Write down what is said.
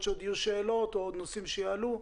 שיהיו עוד שאלות או נושאים שיעלו.